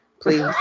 Please